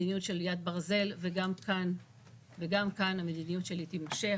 מדיניות של יד ברזל, וגם כאן המדיניות שלי תימשך.